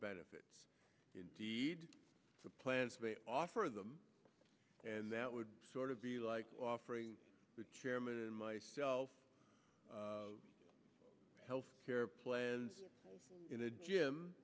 benefit indeed the plans they offer them and that would sort of be like offering the chairman and myself health care plans in a gym